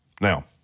Now